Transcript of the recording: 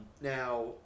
Now